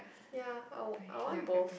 ya I want I want both